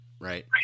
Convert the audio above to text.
right